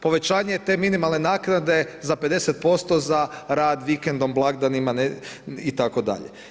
Povećanje te minimalne naknade za 50% za rad vikendom, blagdanima itd.